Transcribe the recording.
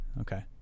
Okay